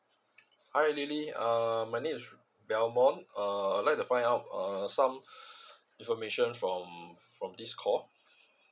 hi lily uh my name is belmon uh I like to find out uh some information from from this call